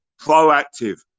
proactive